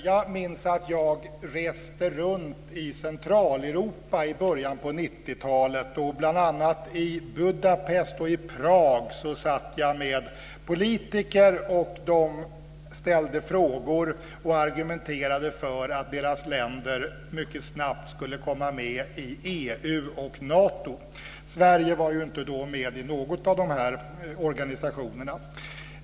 Jag minns att jag reste runt i Centraleuropa i början av 90-talet. I bl.a. Budapest och Prag träffade jag politiker som ställde frågor och argumenterade för att deras länder mycket snabbt skulle komma med i EU och Nato. Sverige var ju inte då med i någon av de här organisationerna.